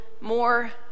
more